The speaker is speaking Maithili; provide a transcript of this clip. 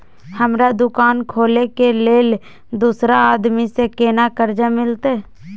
हमरा दुकान खोले के लेल दूसरा आदमी से केना कर्जा मिलते?